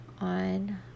on